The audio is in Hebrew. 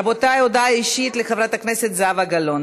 רבותי, הודעה אישית לחברת הכנסת זהבה גלאון.